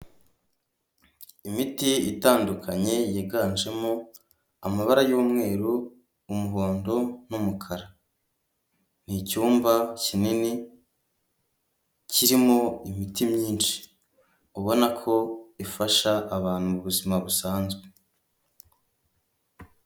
Imiti ye itandukanye yiganjemo amabara y'umweru, umuhondo n'umukara. N'icyumba kinini kirimo imiti myinshi ubona ko ifasha abantu ubuzima busanzwe.